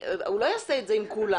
הוא לא יעשה את זה עם כולם.